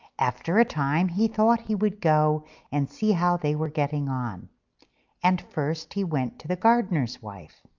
after a time he thought he would go and see how they were getting on and first he went to the gardener's wife.